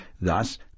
thus